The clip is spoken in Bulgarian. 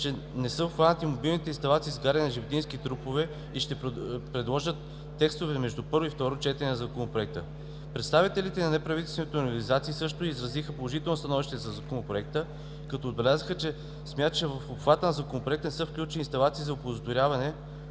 че не са обхванати мобилните инсталации за изгаряне на животински трупове и ще предложат текстове между първо и второ четене на Законопроекта. Представителите на неправителствените организации също изразиха положително становище по Законопроекта, като отбелязаха, че смятат, че в обхвата на Законопроекта не са включени инсталациите за оползотворяване,